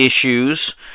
issues